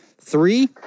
Three